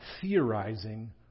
theorizing